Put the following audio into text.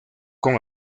con